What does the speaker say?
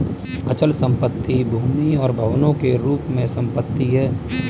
अचल संपत्ति भूमि और भवनों के रूप में संपत्ति है